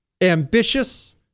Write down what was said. ambitious